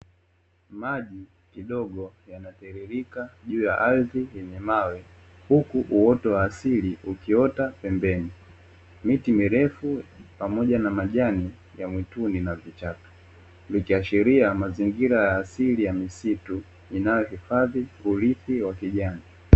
Maji kidogo yanatiririka juu ya ardhi yenye mawe huku uoto wa asili ukiota pembeni, miti mirefu pamoja na majani ya mwituni na vichaka vikiashiria mazingira ya asili ya misitu inayohifadhi urithi wa kijani.